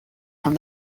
from